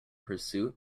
pursuit